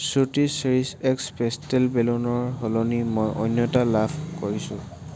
শ্ৰুতিছ চেৰিছ X pastel বেলুনৰ সলনি মই অন্য এটা লাভ কৰিছোঁ